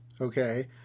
Okay